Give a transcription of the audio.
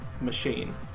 machine